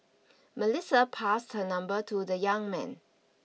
Melissa passed her number to the young man